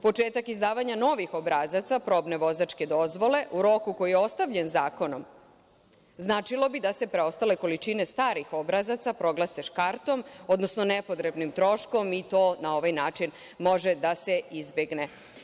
Početak izdavanja novih obrazaca probne vozačke dozvole u roku koji je ostavljen zakonom značilo bi da se preostale količine starih obrazaca proglase škartom, odnosno nepotrebnim troškom i to na ovaj način može da se izbegne.